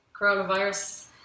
coronavirus